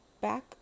back